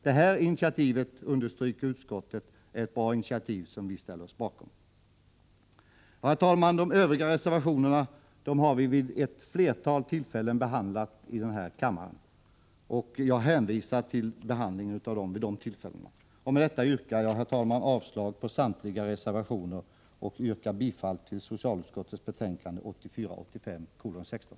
Detta initiativ är bra, och utskottet ställer sig bakom det. Herr talman! De övriga reservationerna har vid ett flertal tillfällen behandlats i kammaren, och jag hänvisar till denna behandling. Med detta yrkar jag avslag på samtliga reservationer och bifall till socialutskottets hemställan i betänkande nr 16.